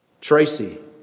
Tracy